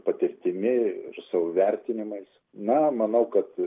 patirtimi ir savo vertinimais na manau kad